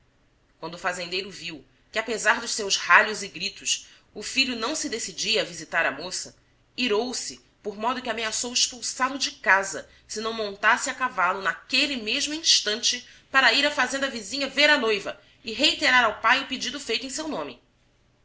o fazendeiro viu que apesar dos seus ralhos e gritos o filho não se decidia a visitar a moça irou se por modo que ameaçou expulsá lo de casa se não montasse a cavalo naquele mesmo instante para ir à fazenda vizinha ver a noiva e reiterar ao pai o pedido feito em seu nome